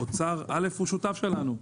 א', האוצר הוא שותף שלנו.